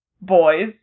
boys